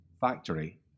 factory